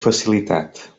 facilitat